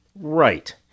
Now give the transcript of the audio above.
Right